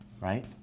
right